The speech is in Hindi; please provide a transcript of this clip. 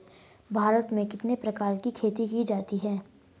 भारत में कितने प्रकार की खेती की जाती हैं?